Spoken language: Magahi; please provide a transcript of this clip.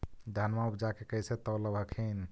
धनमा उपजाके कैसे तौलब हखिन?